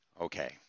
Okay